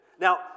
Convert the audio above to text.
Now